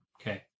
Okay